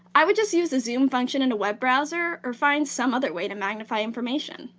i would just use the zoom function in a web browser or find some other way to magnify information.